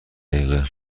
دقیقه